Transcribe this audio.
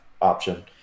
option